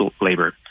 labor